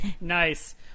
Nice